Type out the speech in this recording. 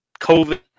covid